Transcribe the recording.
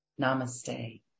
Namaste